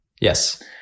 Yes